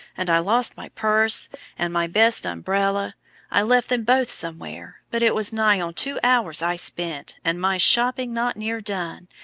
and i lost my purse and my best umbrella i left them both somewhere, but it was nigh on two hours i spent, and my shopping not near done,